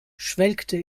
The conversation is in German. schwelgte